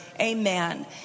Amen